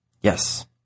Yes